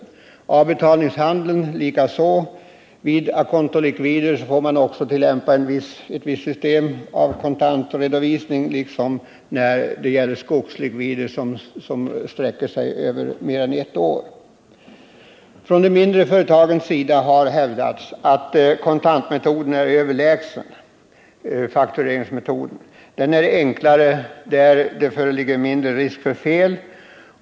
Detsamma gäller avbetalningshandeln. Vid å contobetalningar föreslås ett visst system för kontantredovisning. Detsamma gäller för skogslikvider som sträcker sig över mer än ett år. Från de mindre företagens sida har hävdats att kontantmetoden är överlägsen faktureringsmetoden. Den är enklare och den ger mindre risker för fel.